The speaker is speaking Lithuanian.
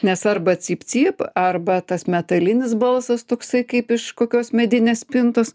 nes arba cyp cyp arba tas metalinis balsas toksai kaip iš kokios medinės spintos